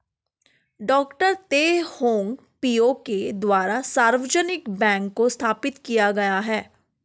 डॉ Teh Hong Piow के द्वारा सार्वजनिक बैंक को स्थापित किया गया है